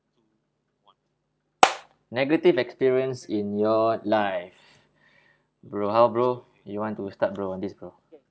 negative experience in your life bro how bro you want to start bro on this bro